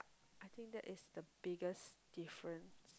I think that is the biggest difference